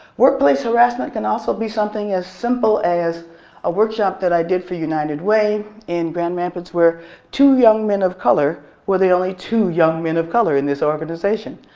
workplace harassment can also be something as simple as a workshop that i did for united way in grand rapids where two young men of color were the only two young men of color in this organization.